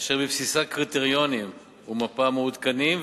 אשר בבסיסה קריטריונים ומפה מעודכנים,